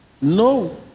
No